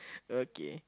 okay